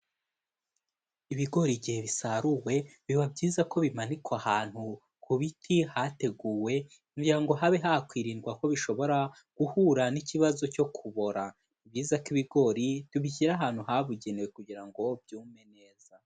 Ibigori igihe bisaruwe biba byiza ko bimanikwa ahantu ku biti hateguwe kugira ngo habe hakwirindwa ko bishobora guhura n'ikibazo cyo kubora, ni byiza ko ibigori tubishyira ahantu habugenewe kugira ngo byume neza.